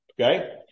Okay